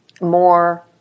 more